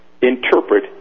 interpret